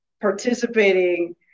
Participating